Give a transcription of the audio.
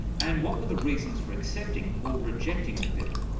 and what were the reasons for accepting or rejecting the pill?